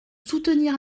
soutenir